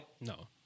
No